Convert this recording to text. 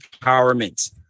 empowerment